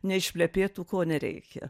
neišplepėtų ko nereikia